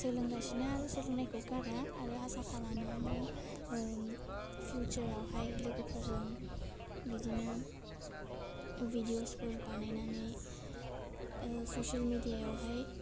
सोलोंगासिनो आरो सोलोंनायखौ गारा आरो आसा खालामो आङो ओम फिउसारावहाय लोगोफोरजों बिदिनो भिदिअसफोर बानायनानै ओह ससेल मेदिया आवहाय